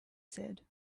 said